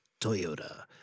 Toyota